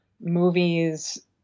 movies